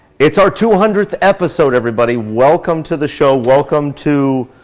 it's our two hundredth episode everybody, welcome to the show. welcome to